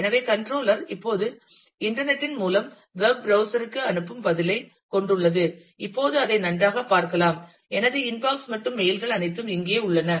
எனவே கண்ட்ரோலர் இப்போது இன்டர்நெட் இன் மூலம்வெப் ப்ரௌஸ்சர் க்கு அனுப்பும் பதிலைக் கொண்டுள்ளது இப்போது அதை நன்றாகப் பார்க்கலாம் எனது இன்பாக்ஸ் மற்றும் மெயில்கள் அனைத்தும் இங்கே உள்ளன